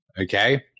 okay